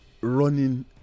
running